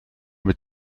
mit